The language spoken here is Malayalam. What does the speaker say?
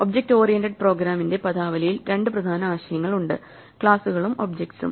ഒബ്ജക്റ്റ് ഓറിയന്റഡ് പ്രോഗ്രാമിംഗിന്റെ പദാവലിയിൽ രണ്ട് പ്രധാന ആശയങ്ങൾ ഉണ്ട് ക്ലാസുകളും ഒബ്ജക്ട്സും